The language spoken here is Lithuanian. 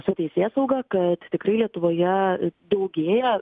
su teisėsauga kad tikrai lietuvoje daugėja